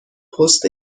پست